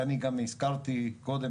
ואני גם הזכרתי קודם,